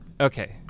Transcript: Okay